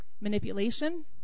Manipulation